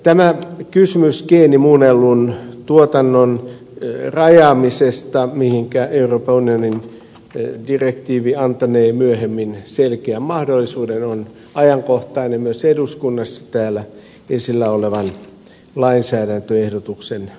tämä kysymys geenimuunnellun tuotannon rajaamisesta mihinkä euroopan unionin direktiivi antanee myöhemmin selkeän mahdollisuuden on ajankohtainen myös eduskunnassa täällä esillä olevan lainsäädäntöehdotuksen vuoksi